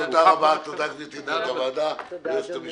תודה רבה, גברתי מנהלת הוועדה, היועצת המשפטית.